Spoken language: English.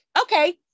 Okay